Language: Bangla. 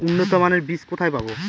উন্নতমানের বীজ কোথায় পাব?